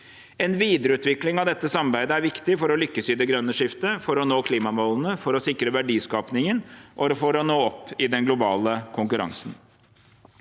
En videreutvikling av dette samarbeidet er viktig for å lykkes i det grønne skiftet, for å nå klimamålene, for å sikre verdiskapingen og for å nå opp i den globale konkurransen.